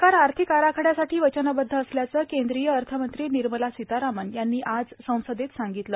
सरकार आर्थिक आराखड़यासाठी वचनबद्ध असल्याचं केंद्रीय अर्थमंत्री निर्मला सीतारामन यांनी आज संसदेत सांगितलं